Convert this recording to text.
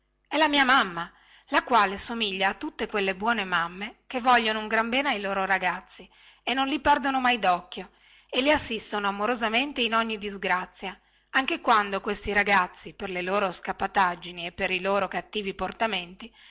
è la mia mamma la quale somiglia a tutte quelle buone mamme che vogliono un gran bene ai loro ragazzi e non li perdono mai docchio e li assistono amorosamente in ogni disgrazia anche quando questi ragazzi per le loro scapataggini e per i loro cattivi portamenti